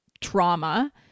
trauma